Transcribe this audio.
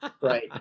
Right